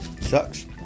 sucks